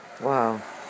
wow